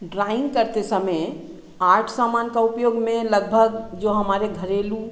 drawing करते समय art सामान का उपयोग में लगभग जो हमारे घरेलू